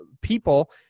people